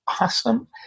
awesome